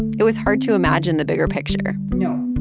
it was hard to imagine the bigger picture no.